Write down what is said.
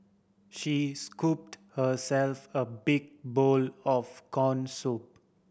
she scooped herself a big bowl of corn soup